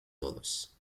dollars